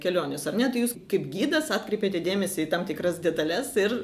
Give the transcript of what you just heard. keliones ar ne tai jūs kaip gidas atkreipiate dėmesį į tam tikras detales ir